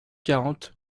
quarante